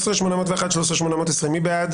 13,761 עד 13,780, מי בעד?